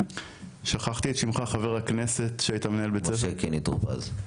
חבר הכנסת משה קינלי טור פז,